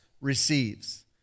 receives